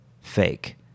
fake